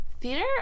Theater